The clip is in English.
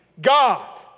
God